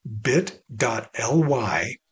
bit.ly